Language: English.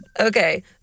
Okay